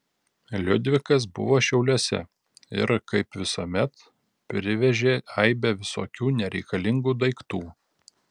liudvikas buvo šiauliuose ir kaip visuomet privežė aibę visokių nereikalingų daiktų